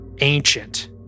ancient